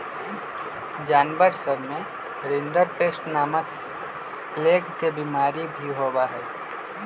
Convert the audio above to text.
जानवर सब में रिंडरपेस्ट नामक प्लेग के बिमारी भी होबा हई